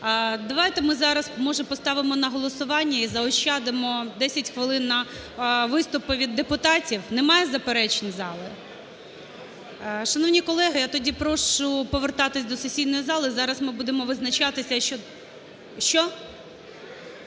Давайте ми зараз, може, поставимо на голосування і заощадимо 10 хвилин на виступи від депутатів? Немає заперечень зали? Шановні колеги, тоді прошу повертатись до сесійної зали, зараз ми будемо визначатися… Що?